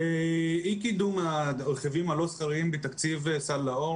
אי קידום הרכיבים הלא סחירים בתקציב סל לאור,